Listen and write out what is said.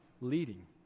leading